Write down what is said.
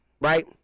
right